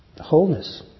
wholeness